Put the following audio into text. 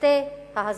לשתי ההזמנות.